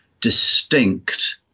distinct